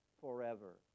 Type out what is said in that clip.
forever